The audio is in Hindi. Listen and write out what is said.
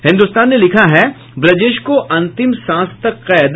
हिन्दुस्तान ने लिखा है ब्रजेश को अंतिम सांस तक कैद